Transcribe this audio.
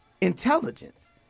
intelligence